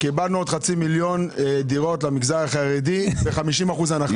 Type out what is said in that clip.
קיבלנו עוד חצי מיליון דירות למגזר החרדי ב-50% הנחה.